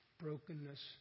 brokenness